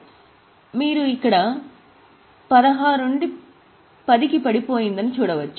కాబట్టి మీరు ఇక్కడ 16 నుండి 10 వరకు చూడవచ్చు